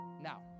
now